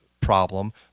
problem